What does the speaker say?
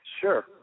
Sure